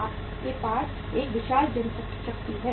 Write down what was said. आपके पास एक विशाल जनशक्ति है